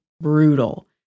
brutal